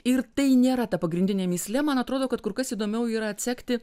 ir tai nėra ta pagrindinė mįslė man atrodo kad kur kas įdomiau yra atsekti